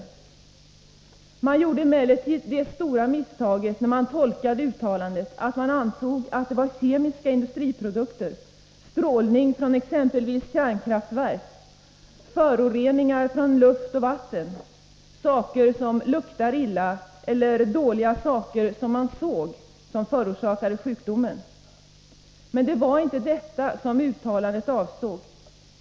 När man tolkade det uttalandet gjorde man emellertid det stora misstaget att man antog att det som förorsakade sjukdomen var kemiska industriprodukter, strålning från exempelvis kärnkraftverk, föroreningar från luft och vatten, saker som luktar illa eller dåliga saker som man såg. Men det var inte detta som uttalandet gällde.